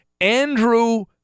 Andrew